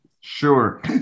Sure